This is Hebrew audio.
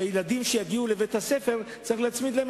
שהילדים שיגיעו לבית-הספר צריך להצמיד להם